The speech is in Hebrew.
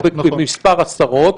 אלא במס' עשרות.